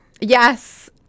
Yes